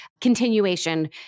continuation